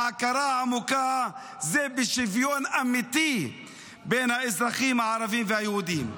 ההכרה העמוקה היא בשוויון אמיתי בין האזרחים הערבים ליהודים.